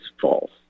false